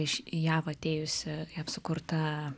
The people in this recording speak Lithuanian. iš jav atėjusi jav sukurta